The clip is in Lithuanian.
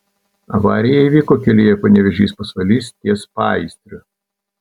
avarija įvyko kelyje panevėžys pasvalys ties paįstriu